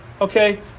Okay